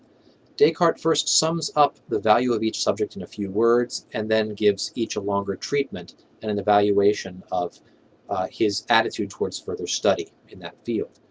descartes first sums up the value of each subject in a few words and then gives each a longer treatment and an evaluation of his attitude towards further study in that field.